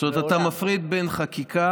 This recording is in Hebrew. זאת אומרת אתה מפריד בין חקיקה,